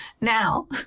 Now